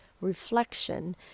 reflection